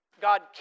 God